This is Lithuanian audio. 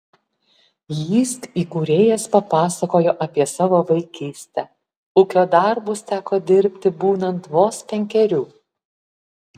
jysk įkūrėjas papasakojo apie savo vaikystę ūkio darbus teko dirbti būnant vos penkerių